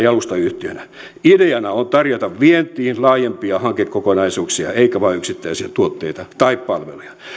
jalustayhtiönä ideana on tarjota vientiin laajempia hankekokonaisuuksia eikä vain yksittäisiä tuotteita tai palveluja